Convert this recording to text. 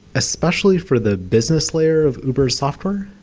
especially for the business layer of uber s software.